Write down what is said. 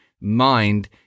mind